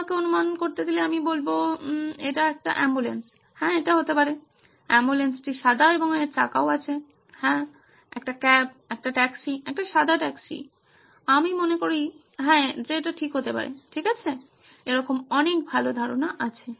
আমাকে অনুমান করতে দিলে আমি বলবো এটা একটি অ্যাম্বুলেন্স হ্যাঁ এটা হতে পারে অ্যাম্বুলেন্সটি সাদা এবং এর চাকা আছে হ্যাঁ একটি ক্যাব একটি ট্যাক্সি একটি সাদা ট্যাক্সি আমি মনে করি হ্যাঁ যে এটি হতে পারে ঠিক আছে এরকম অনেক ভালো ধারণা আছে